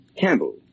Campbell